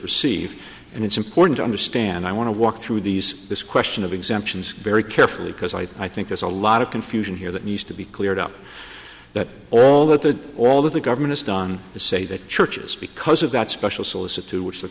receive and it's important to understand i want to walk through these this question of exemptions very carefully because i think there's a lot of confusion here that needs to be cleared up that all that that all that the government has done is say that churches because of that special solicitude which the